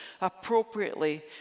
appropriately